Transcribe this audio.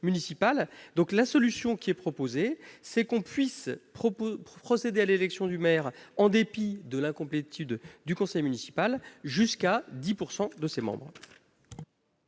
municipal, donc la solution qui est proposé, c'est qu'on puisse proposer pour procéder à l'élection du maire, en dépit de la complétude du conseil municipal jusqu'à 10 pourcent de ses membres.